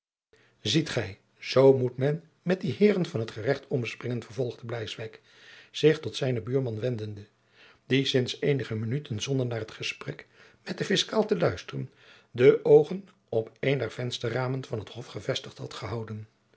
ziet gij zoo moet men met die heeren van t gerecht omspringen vervolgde bleiswyk zich tot zijnen buurman wendende die sints eenige minuten zonder naar het gesprek met den fiscaal te luisteren de oogen op een der vensterramen van het hof gevestigd had gehouden